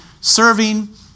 serving